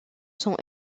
sont